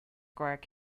greg